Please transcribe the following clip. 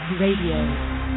Radio